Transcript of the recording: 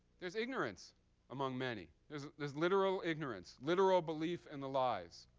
there's ignorance among many. there's there's literal ignorance, literal belief in the lies.